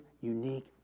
unique